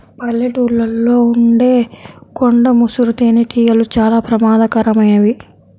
పల్లెటూళ్ళలో ఉండే కొండ ముసురు తేనెటీగలు చాలా ప్రమాదకరమైనవి